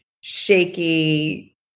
shaky